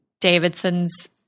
Davidson's